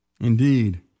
Indeed